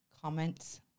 comments